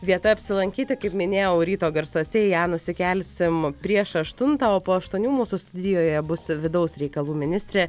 vieta apsilankyti kaip minėjau ryto garsuose į ją nusikelsim prieš aštuntą o po aštuonių mūsų studijoje bus vidaus reikalų ministrė